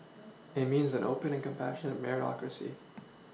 and means an open and compassion Meritocracy